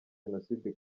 jenoside